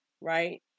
right